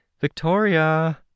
Victoria